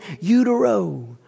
utero